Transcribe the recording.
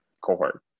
cohort